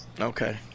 Okay